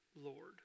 Lord